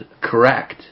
correct